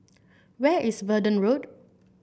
where is Verdun Road